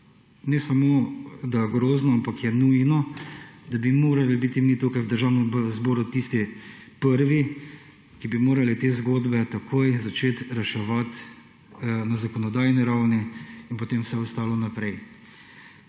ne samo, da grozno, ampak je nujno, da bi morali biti mi tukaj v Državnem zboru tisti prvi, ki bi morali te zgodbe takoj začeti reševati na zakonodajni ravni in potem vse ostalo naprej.